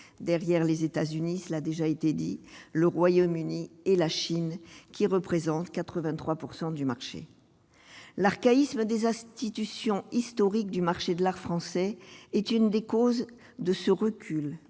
derrière les États-Unis, l'a déjà été dit le Royaume-Uni et la Chine, qui représente 83 pourcent du marché l'archaïsme des institutions historique du marché de l'art français est une des causes de ce recul